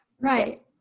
Right